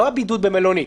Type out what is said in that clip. לא הבידוד במלונית.